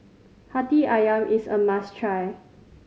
Hati Ayam is a must try